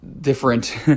different